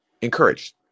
encouraged